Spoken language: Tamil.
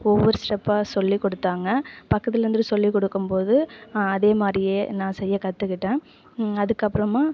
ஒவ்வொரு ஸ்டெப்பாக சொல்லிக்கொடுத்தாங்க பக்கத்தில் இருந்துட்டு சொல்லிக்கொடுக்கும்போது அதேமாதிரியே நான் செய்ய கற்றுக்கிட்டேன் அதுக்கப்புறமா